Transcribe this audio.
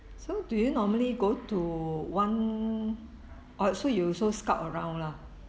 so do you normally go to one oh so you also scout around lah